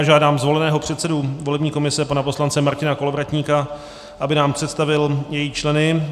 Žádám zvoleného předsedu volební komise pana poslance Martina Kolovratníka, aby nám představil její členy.